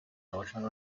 deutschland